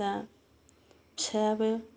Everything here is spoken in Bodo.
दा फिसाइआबो